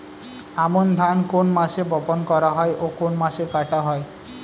আমন ধান কোন মাসে বপন করা হয় ও কোন মাসে কাটা হয়?